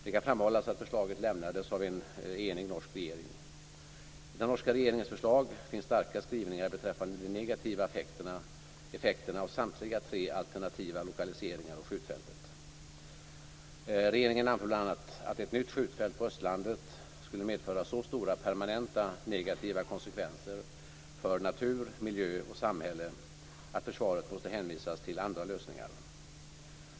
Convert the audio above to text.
Det kan framhållas att förslaget lämnades av en enig norsk regering. I den norska regeringens förslag finns starka skrivningar beträffande de negativa effekterna av samtliga tre alternativa lokaliseringar av skjutfältet. Den norska regeringen anför bl.a. att ett nytt skjutfält på Østlandet skulle medföra så stora permanenta negativa konsekvenser för natur, miljö och samhälle att försvaret måste hänvisas till andra lösningar.